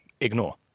ignore